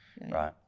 Right